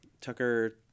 Tucker